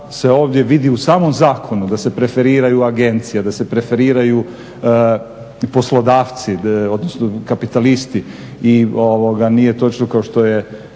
se ovdje vidi u samom zakonu da se preferiraju agencije, da se preferiraju poslodavci odnosno kapitalisti i nije točno kao što je